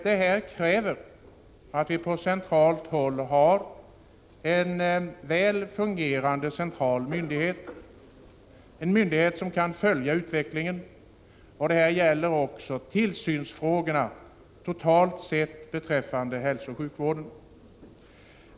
Det krävs således att vi har en väl fungerande central myndighet, som kan följa utvecklingen. Detta gäller också tillsynsfrågorna inom hälsooch sjukvården.